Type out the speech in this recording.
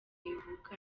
ivuka